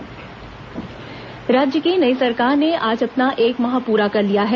राज्य सरकार एक माह राज्य की नई सरकार ने आज अपना एक माह पूरा कर लिया है